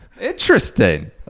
Interesting